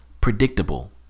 predictable